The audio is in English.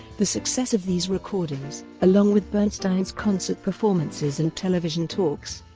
the success of these recordings, along with bernstein's concert performances and television talks,